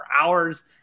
hours